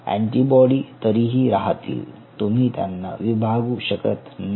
antibody तरीही राहतील तुम्ही त्यांना विभागु शकत नाही